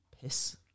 piss